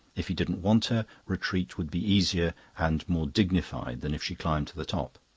if he didn't want her, retreat would be easier and more dignified than if she climbed to the top.